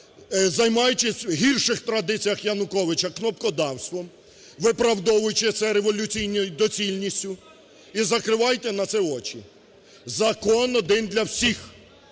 займаючись в гірших традиціях Януковича –кнопкодавством, виправдовуючи це революційною доцільністю, і закриваєте на це очі. Закон один для всіх.